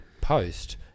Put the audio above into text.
post